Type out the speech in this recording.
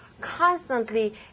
constantly